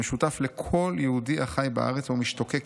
המשותף לכל יהודי החי בארץ או משתוקק